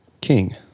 King